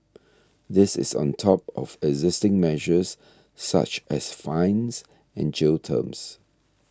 this is on top of existing measures such as fines and jail terms